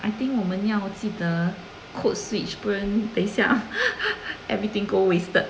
I think 我们要记得 code switch 不然等一下 everything go wasted